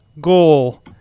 goal